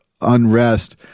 unrest